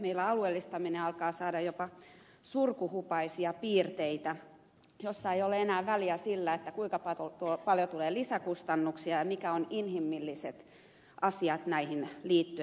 meillä alueellistaminen alkaa saada jopa surkuhupaisia piirteitä kun siinä ei ole enää väliä sillä kuinka paljon tulee lisäkustannuksia ja mitkä ovat inhimilliset asiat näihin liittyen